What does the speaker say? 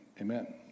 Amen